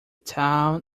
town